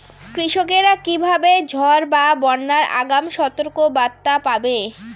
কৃষকেরা কীভাবে ঝড় বা বন্যার আগাম সতর্ক বার্তা পাবে?